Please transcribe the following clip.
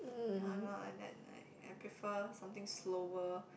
I'm not like that like I prefer something slower